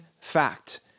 fact